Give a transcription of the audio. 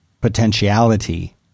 potentiality